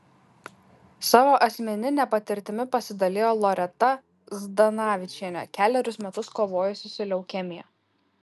savo asmenine patirtimi pasidalijo loreta zdanavičienė kelerius metus kovojusi su leukemija